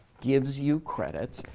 gives you credits,